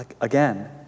again